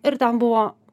ir ten buvo